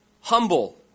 humble